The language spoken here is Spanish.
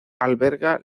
alberga